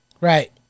Right